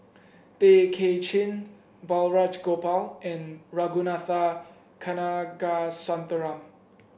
Tay Kay Chin Balraj Gopal and Ragunathar Kanagasuntheram